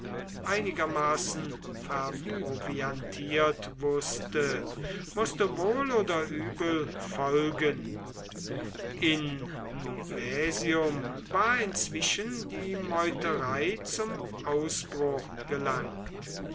einigermaßen verproviantiert wußte mußte wohl oder übel folgen in novaesium war inzwischen die meuterei zum ausbruch gelangt